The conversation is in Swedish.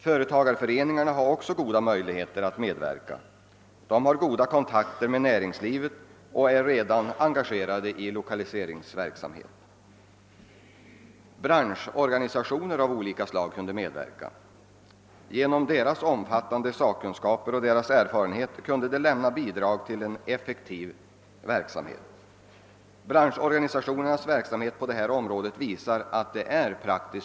Företagareföreningarna har även goda möjligheter att medverka; de har goda kontakter med näringslivet och är redan engagerade i lokaliseringsverksamheten. Branschorganisationer av olika slag kunde medverka. Genom sin omfattande sakkunskap och sin erfarenhet skulle de kunna lämna bidrag till en effektiv verksamhet — den verksamhet de redan bedriver på detta område visar att detta är möjligt.